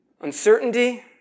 Uncertainty